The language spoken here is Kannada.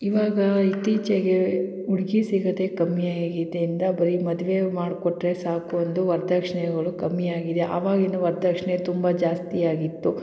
ಇವಾಗ ಇತ್ತೀಚೆಗೆ ಹುಡ್ಗಿ ಸಿಗೋದೆ ಕಮ್ಮಿಯಾಗಿದ್ರಿಂದ ಬರೇ ಮದುವೆ ಮಾಡಿಕೊಟ್ರೆ ಸಾಕು ಅಂದು ವರದಕ್ಷ್ಣೆಗಳು ಕಮ್ಮಿಯಾಗಿದೆ ಅವಾಗಿನ ವರದಕ್ಷ್ಣೆ ತುಂಬ ಜಾಸ್ತಿಯಾಗಿತ್ತು